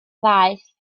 ddaeth